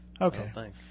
Okay